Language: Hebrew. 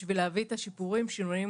כדי להביא את השיפורים ואת השינויים,